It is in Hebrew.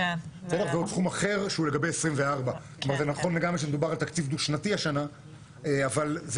ועוד סכום אחר שהוא לגבי 24'. כלומר זה